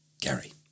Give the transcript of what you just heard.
Gary